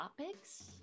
topics